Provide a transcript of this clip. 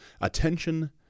Attention